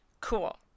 cool